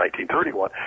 1931